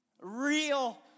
Real